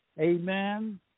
Amen